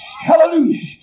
Hallelujah